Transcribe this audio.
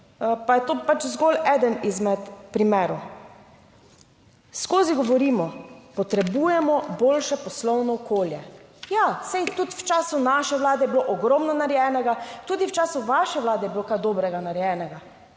pa je to pač zgolj eden izmed primerov. Skozi govorimo: potrebujemo boljše poslovno okolje. Ja, saj tudi v času naše vlade je bilo ogromno narejenega, tudi v času vaše vlade je bilo kaj dobrega narejenega,